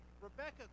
Rebecca